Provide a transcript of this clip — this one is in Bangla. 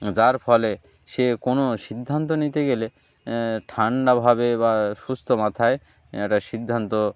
যার ফলে সে কোনো সিদ্ধান্ত নিতে গেলে ঠান্ডাভাবে বা সুস্থ মাথায় একটা সিদ্ধান্ত